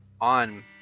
on